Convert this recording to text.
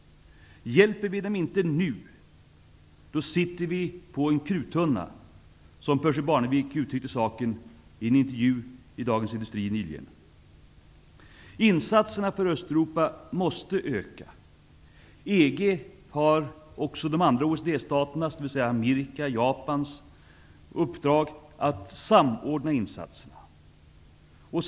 Om vi inte hjälper dem nu sitter vi på en kruttunna, som Percy Barnevik uttryckte saken i en intervju i Dagens Industri nyligen. Insatserna för Östeuropa måste öka. EG har också de andra OECD-staternas, dvs. Amerikas och Japans, uppdrag att samordna insatserna.